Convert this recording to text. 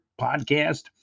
podcast